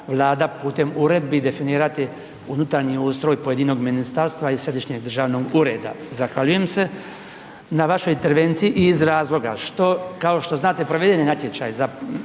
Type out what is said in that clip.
Vlada putem uredbi definirati unutarnji ustroj pojedinog ministarstva i središnjeg državnog ureda. Zahvaljujem se na vašoj intervenciji i iz razloga što kao što znate provedeni je natječaj za